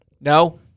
No